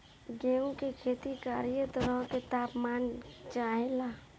गेहू की खेती में कयी तरह के ताप मान चाहे ला